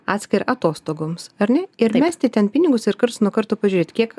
atskirą atostogoms ar ne ir mesti ten pinigus ir karts nuo karto pažiūrėt kiek